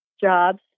jobs